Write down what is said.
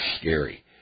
scary